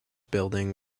building